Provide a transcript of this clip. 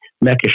Mecca